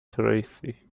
tracy